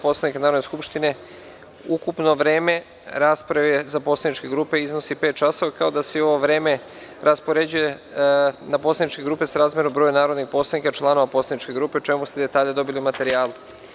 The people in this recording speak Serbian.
Poslovnika Narodne skupštine, ukupno vreme rasprave za poslaničke grupe iznosi pet časova, kao i da se ovo vreme raspoređuje na poslaničke grupe srazmerno broju narodnih poslanika članova poslaničke grupe, o čemu ste detalje dobili u materijalu.